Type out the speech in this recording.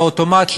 באוטומט,